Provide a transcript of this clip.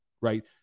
Right